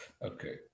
Okay